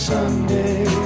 Sunday